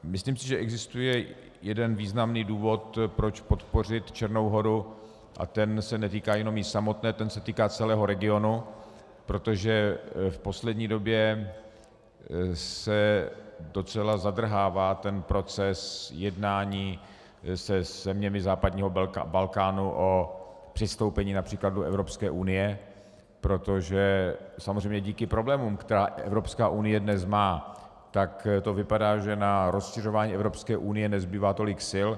Myslím si, že existuje jeden významný důvod, proč podpořit Černou Horu, a ten se netýká jenom jí samotné, ten se týká celého regionu, protože v poslední době se docela zadrhává proces jednání se zeměmi západního Balkánu o přistoupení například do Evropské unie, protože samozřejmě díky problémům, které Evropská unie dnes má, tak to vypadá, že na rozšiřování Evropské unie nezbývá tolik sil.